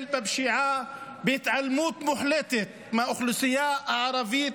בפשיעה בהתעלמות מוחלטת מהאוכלוסייה הערבית,